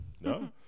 no